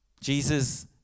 Jesus